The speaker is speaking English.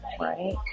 right